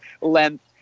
length